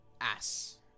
ass